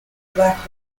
black